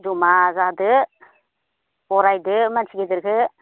जमा जादो बरायदो मानसि गिदिरखो